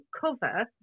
cover